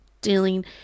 dealing